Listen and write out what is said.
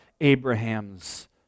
Abraham's